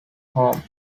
home